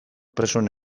presoen